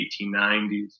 1890s